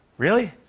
really?